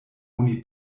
oni